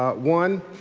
ah one,